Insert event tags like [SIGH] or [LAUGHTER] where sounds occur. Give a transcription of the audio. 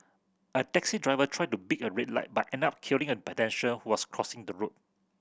a taxi driver tried to beat a red light but end up killing a [UNINTELLIGIBLE] who was crossing the road